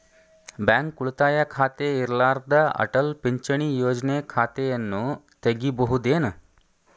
Bank ಉಳಿತಾಯ ಖಾತೆ ಇರ್ಲಾರ್ದ ಅಟಲ್ ಪಿಂಚಣಿ ಯೋಜನೆ ಖಾತೆಯನ್ನು ತೆಗಿಬಹುದೇನು?